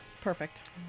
Perfect